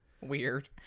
weird